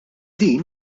din